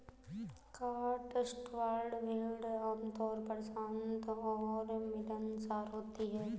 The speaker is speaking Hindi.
कॉटस्वॉल्ड भेड़ आमतौर पर शांत और मिलनसार होती हैं